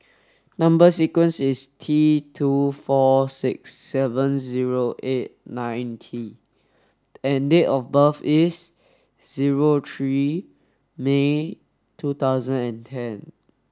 number sequence is T two four six seven zero eight nine T and date of birth is zero three May two thousand and ten